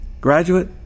Graduate